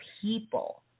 people